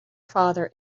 father